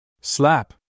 Slap